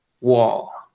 wall